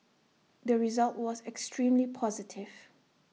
the result was extremely positive